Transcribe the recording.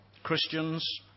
Christians